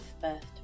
first